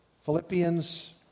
Philippians